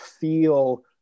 feel